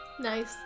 nice